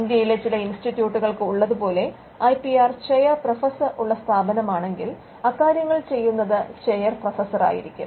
ഇന്ത്യയിലെ ചില ഇൻസ്റ്റിറ്റ്യൂട്ടുകൾക്ക് ഉള്ളതുപോലെ ഐപിആർ ചെയർ പ്രൊഫസർ ഉള്ള സ്ഥാപനമാണെങ്കിൽ അക്കാര്യങ്ങൾ ചെയ്യുന്നത് ചെയർ പ്രൊഫസറായിരിക്കും